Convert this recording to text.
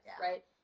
right